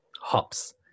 hops